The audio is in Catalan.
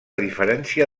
diferència